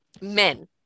men